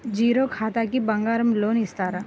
Zero ఖాతాకి బంగారం loan ఇస్తారా?